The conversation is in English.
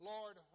Lord